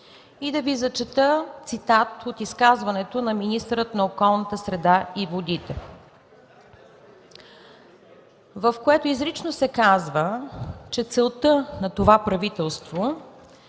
и да Ви прочета цитат от изказването на министъра на околната среда и водите, в което изрично се казва, че целта на това правителство